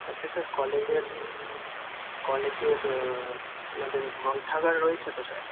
আচ্ছা স্যার কলেজের কলেজের আপনাদের গ্রন্থাগার রয়েছে তো স্যার